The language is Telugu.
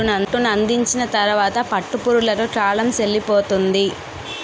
పట్టునందించిన తరువాత పట్టు పురుగులకు కాలం సెల్లిపోతుంది